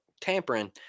tampering